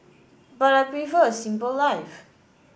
but I prefer a simple life